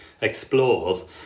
explores